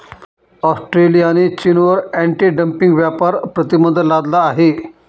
ऑस्ट्रेलियाने चीनवर anti dumping व्यापार प्रतिबंध लादला आहे